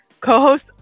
Co-host